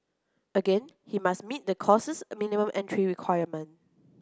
again he must meet the course's minimum entry requirement